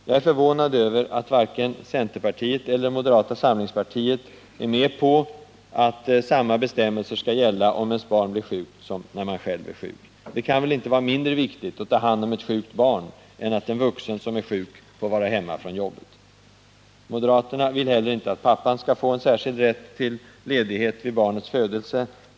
Jag är förvånad över att varken centerpartiet eller moderata samlingspartiet är med på att samma bestämmelser skall gälla om ens barn blir sjukt som när man själv är sjuk. Det kan väl inte vara mindre viktigt att ta hand om ett sjukt barn än att en vuxen som är sjuk får vara hemma från jobbet? Moderaterna vill heller inte att pappan skall få särskild rätt till ledighet vid barnets födelse.